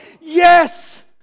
Yes